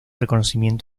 reconocimiento